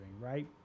right